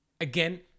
again